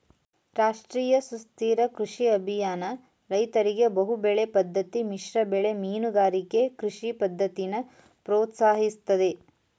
ರಾಷ್ಟ್ರೀಯ ಸುಸ್ಥಿರ ಕೃಷಿ ಅಭಿಯಾನ ರೈತರಿಗೆ ಬಹುಬೆಳೆ ಪದ್ದತಿ ಮಿಶ್ರಬೆಳೆ ಮೀನುಗಾರಿಕೆ ಕೃಷಿ ಪದ್ದತಿನ ಪ್ರೋತ್ಸಾಹಿಸ್ತದೆ